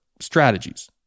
strategies